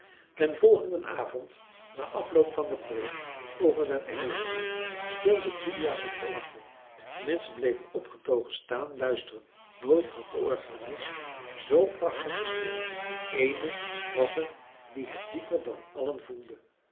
den volgenden avond na afloop van de preek over den engelenzang speelde kiliaan op het orgel de menschen bleven opgetogen staan luisteren nooit had de organist zoo prachtig gespeeld eéne was er die het dieper dan allen voelde